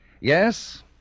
Yes